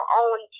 own